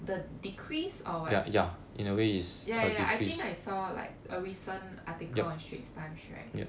the decrease or what ya ya ya I think I saw like a recent article on straits times right